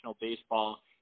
baseball